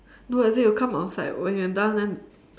no as in it'll come outside when you are done then